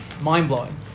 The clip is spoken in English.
mind-blowing